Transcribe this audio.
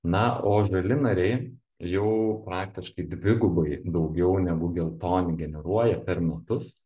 na o žali nariai jau praktiškai dvigubai daugiau negu geltoni generuoja per metus